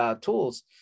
tools